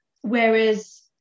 Whereas